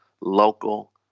local